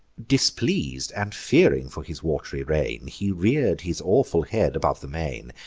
displeas'd, and fearing for his wat'ry reign, he rear'd his awful head above the main,